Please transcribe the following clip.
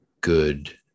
good